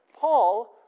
Paul